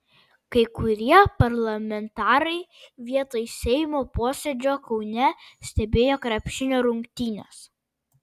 kai kurie parlamentarai vietoj seimo posėdžio kaune stebėjo krepšinio rungtynes